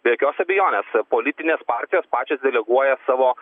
be jokios abejonės politinės partijos pačios deleguoja savo